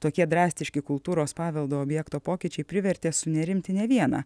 tokie drastiški kultūros paveldo objekto pokyčiai privertė sunerimti ne vieną